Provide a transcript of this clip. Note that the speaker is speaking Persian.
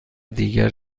دیگر